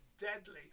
deadly